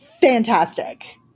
fantastic